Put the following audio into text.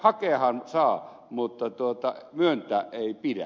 hakeahan saa mutta myöntää ei pidä